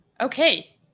Okay